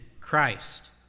Christ